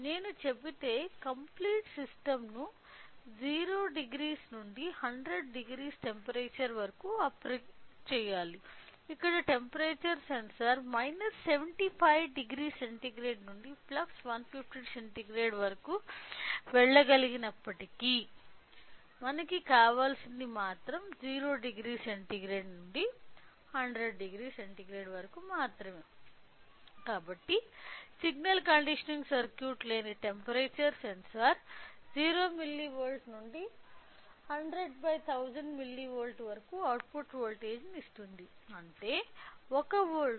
నేను చెబితే complete system ను 00 నుండి 1000 టెంపరేచర్ వరకు ఆపరేట్ చేయాలి ఇక్కడ టెంపరేచర్ సెన్సార్ 750 సెంటీగ్రేడ్ నుండి 1500 సెంటీగ్రేడ్ వరకు వెళ్ళగలిగినప్పటికీ కాని మనకు కావలసింది 00 సెంటీగ్రేడ్ నుండి 1000 సెంటీగ్రేడ్ వరకు కాబట్టి సిగ్నల్ కండిషనింగ్ సర్క్యూట్ లేని టెంపరేచర్ సెన్సార్ 0 మిల్లీవోల్ట్ల నుండి 100x1000 మిల్లీవోల్ట్ల వరకు అవుట్పుట్ వోల్టేజ్ను అందిస్తుంది అంటే 1 వోల్ట్